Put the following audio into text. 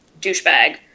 douchebag